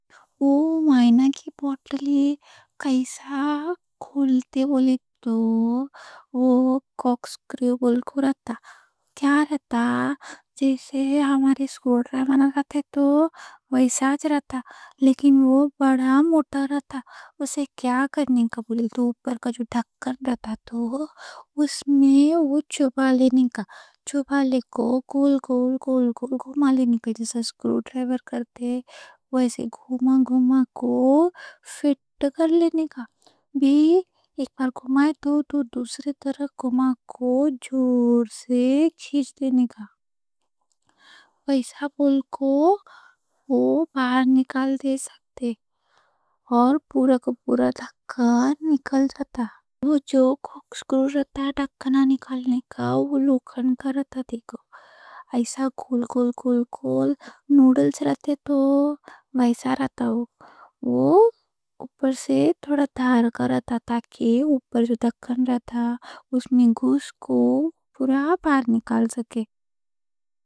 وہ وائن کی باٹل کیسا کھولتے بولے تو، وہ کوک سکریو بولکو رہتا۔ کیا رہتا، جیسے ہمارے سکرو ڈرائیور مانا رہتا تو ویسا ہی رہتا۔ لیکن وہ بڑا موٹا رہتا۔ اس سے کیا کرنے کا بولے تو، اوپر کا جو ڈھکن رہتا، اس میں وہ چبھو لینے کا، گول گول گھوما لینے کا۔ جیسے سکرو ڈرائیور کو کرتے ویسے، گھوم گھوم کے فٹ کر لینے کا۔ پھر ایک طرف گھمائے تو دوسری طرف گھما کے زور سے کھینچ لینے کا۔ ویسا بولکو وہ باہر نکال دے سکتے اور پورا پورا ڈھکن نکل جاتا۔ وہ لوکھن کا رہتا۔ دیکھو، ایسا گول گول نوڈلز جیسا رہتا۔ وہ اوپر سے تھوڑا دھار کا رہتا تاکہ اوپر جو ڈھکن رہتا اس میں گھس کے پورا باہر نکال سکے۔